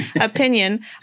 opinion